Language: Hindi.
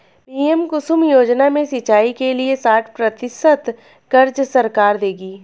पी.एम कुसुम योजना में सिंचाई के लिए साठ प्रतिशत क़र्ज़ सरकार देगी